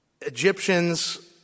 Egyptians